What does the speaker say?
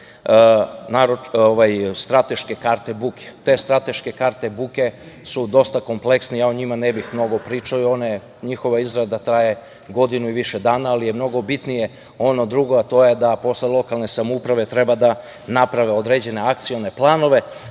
strateške karte buke. Te strateške karte buke su dosta kompleksne i ja o njima ne bih mnogo pričao, njihova izrada traje godinu i više dana, ali je mnogo bitnije ono drugo, a to je da posle lokalne samouprave treba da naprave određene akcione planove